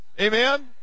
Amen